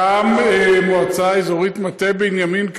גם מועצה אזורית מטה בנימין,